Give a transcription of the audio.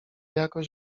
jakoś